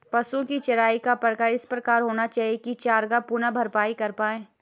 पशुओ की चराई का प्रकार इस प्रकार होना चाहिए की चरागाह पुनः भरपाई कर पाए